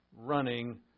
running